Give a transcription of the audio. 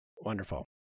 Wonderful